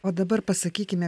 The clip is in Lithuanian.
o dabar pasakykime